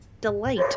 delight